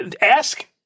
Ask